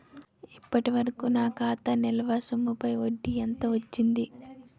ఇప్పటి వరకూ నా ఖాతా నిల్వ సొమ్ముపై వడ్డీ ఎంత వచ్చింది?